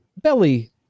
belly